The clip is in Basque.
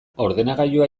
ordenagailua